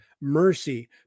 mercy